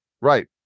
right